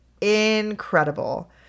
Incredible